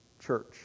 church